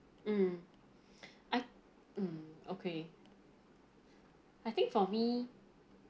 mm I mm okay I think for me